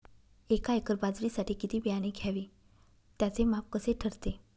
एका एकर बाजरीसाठी किती बियाणे घ्यावे? त्याचे माप कसे ठरते?